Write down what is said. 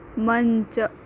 ಮಂಚ